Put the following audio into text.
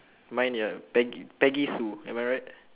mine ya peg~ peggy sue am I right